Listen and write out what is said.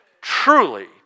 truly